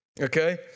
Okay